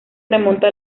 remonta